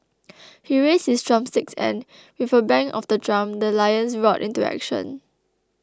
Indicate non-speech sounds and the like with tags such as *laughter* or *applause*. *noise* he raised his drumsticks and with a bang of the drum the lions roared into action